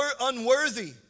unworthy